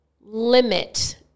limit